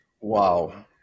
Wow